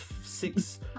six